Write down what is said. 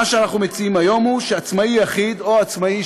מה שאנחנו מציעים היום הוא שעצמאי יחיד או עצמאי